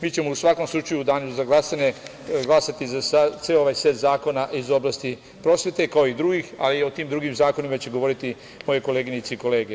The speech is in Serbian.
Mi ćemo, u svakom slučaju, u danu za glasanje, glasati za ceo ovaj set zakona, iz oblasti prosvete, kao i drugih, ali o tim drugim zakonima će govoriti moje koleginice i kolege.